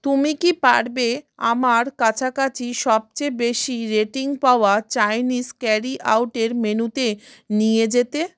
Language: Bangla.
তুমি কি পারবে আমার কাছাকাছি সবচেয়ে বেশি রেটিং পাওয়া চাইনিজ ক্যারি আউটের মেনুতে নিয়ে যেতে